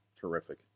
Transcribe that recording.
terrific